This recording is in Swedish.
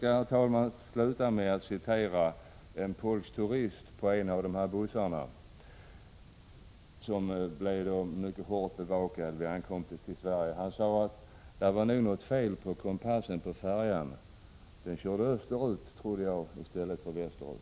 Jag skall sluta med att citera en polsk turist på en av de bussar som var hårt bevakad vid ankomsten till Sverige: ”Det var nog något fel på kompassen på färjan. Den körde österut, trodde jag, i stället för västerut.”